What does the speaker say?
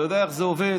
אתה יודע איך זה עובד.